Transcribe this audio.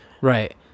Right